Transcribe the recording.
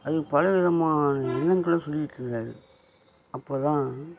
அது பல விதமான எண்ணங்களை சொல்லிகிட்ருந்தாரு அப்போ தான்